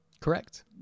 Correct